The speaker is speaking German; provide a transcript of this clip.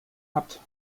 habt